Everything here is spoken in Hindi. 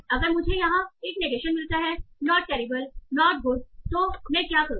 अगर मुझे यहाँ एक नेगेशन मिलता है नोट टेरिबल नॉट गुड तो मैं क्या करूँ